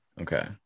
Okay